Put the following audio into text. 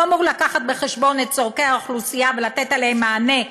הוא אמור להביא בחשבון את צורכי האוכלוסייה ולתת עליהם מענה,